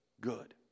good